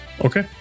okay